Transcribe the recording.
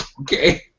okay